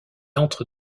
entre